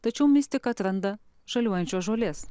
tačiau mistika atranda žaliuojančios žolės